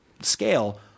scale